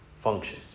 function